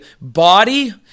body